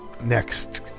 Next